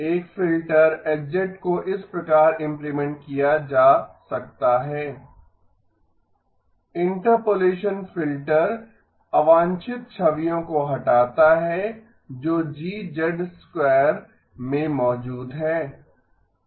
एक filter H को इस प्रकार इम्प्लीमेंट किया जा सकता है इंटरपोलेसन फ़िल्टर अवांछित छवियों को हटाता है जो G में मौजूद हैं